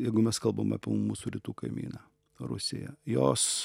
jeigu mes kalbam apie mūsų rytų kaimyną rusiją jos